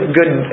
good